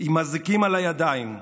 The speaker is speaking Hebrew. עם אזיקים על הידיים.